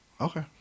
Okay